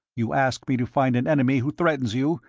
you ask me to find an enemy who threatens you,